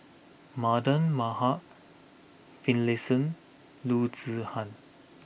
Mardan Maham Finlayson Loo Zihan